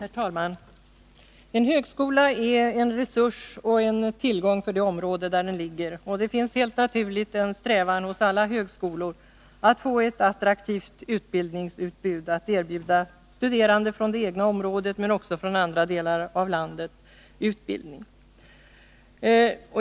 Herr talman! En högskola är en resurs och en tillgång för det område där den ligger. Helt naturligt är strävan hos alla högskolor att få ett attraktivt utbildningsutbud att erbjuda studerande från det egna området, men också studerande från andra delar av landet.